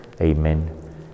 Amen